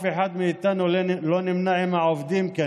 כנראה שאף אחד מאיתנו לא נמנה עם העובדים.